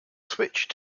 switch